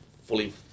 fully